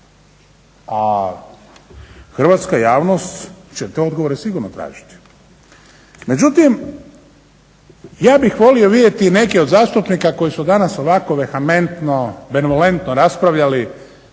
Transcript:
A hrvatska javnost će te odgovore sigurno tražiti. Međutim, ja bih volio vidjeti neke od zastupnika koji su danas ovako vehementno, benevolentno raspravljali